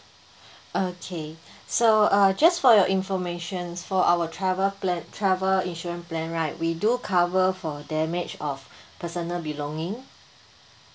okay so uh just for your information for our travel plan travel insurance plan right we do cover for damage of personal belonging